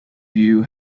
view